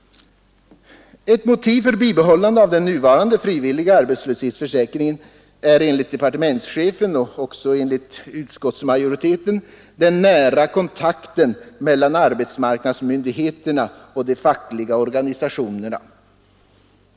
Ett motiv för bibehållande av den nuvarande frivilliga arbetslöshetsförsäkringen är enligt departementschefen och utskottsmajoriteten den nära kontakten mellan arbetsmarknadsmyndigheterna och de fackliga organisationerna.